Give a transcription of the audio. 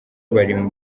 bari